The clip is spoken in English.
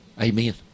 amen